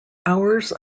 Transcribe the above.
hours